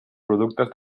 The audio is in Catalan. productes